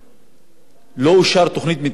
לא אושרה תוכנית מיתאר חדשה מאז.